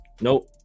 Nope